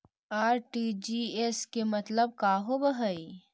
RTGS के मतलब का होव हई?